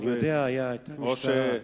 אני יודע, היתה משטרה.